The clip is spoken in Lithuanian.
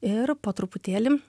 ir po truputėlį